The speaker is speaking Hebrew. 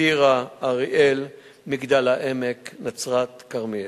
טירה, אריאל, מגדל-העמק, נצרת, כרמיאל.